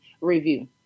review